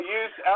use